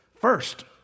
first